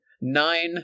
nine